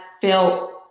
felt